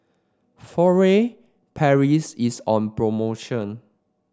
Furtere Paris is on promotion